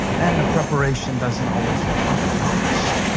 and the preparation doesn't always look like the promise.